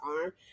arm